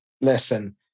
listen